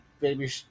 baby